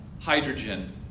hydrogen